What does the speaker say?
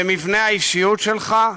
במבנה האישיות שלך,